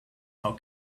how